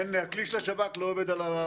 הכלי של השב"כ לא עובד על החוזרים מחו"ל.